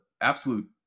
absolute